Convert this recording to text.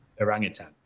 orangutan